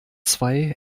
zwei